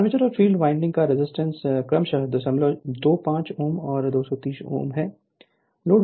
armature और field winding का resistance क्रमशः 025 Ω और 230 Ω है